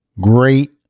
Great